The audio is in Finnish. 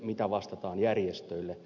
mitä vastataan järjestöille